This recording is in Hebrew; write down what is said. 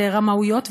לרמאויות,